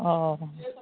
অঁ